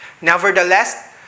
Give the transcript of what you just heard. Nevertheless